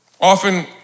Often